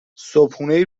صبحونه